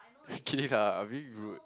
kidding ah a bit rude